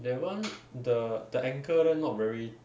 that [one] the the ankle there not very